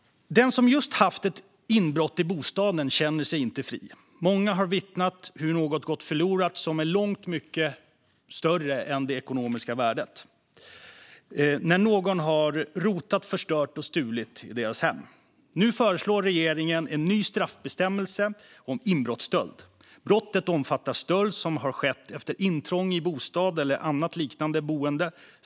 Den som just haft ett inbrott i bostaden känner sig inte fri. Många har vittnat om hur något gått förlorat som är långt mycket större än det ekonomiska värdet när någon har rotat, förstört och stulit i deras hem. Nu föreslår regeringen en ny straffbestämmelse om inbrottsstöld. Brottet omfattar stöld som har skett efter intrång i bostad eller annat liknande boende.